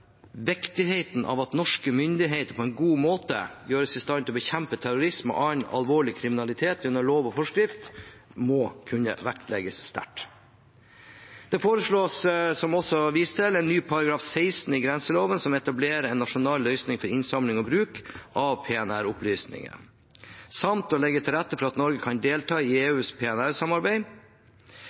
viktigheten av at norske myndigheter på en god måte gjøres i stand til å bekjempe terrorisme og annen alvorlig kriminalitet gjennom lov og forskrift, må kunne vektlegges sterkt. Det foreslås, som også vist til, en ny § 16 i grenseloven som etablerer en nasjonal løsning for innsamling og bruk av PNR-opplysninger, samt å legge til rette for at Norge kan delta i EUs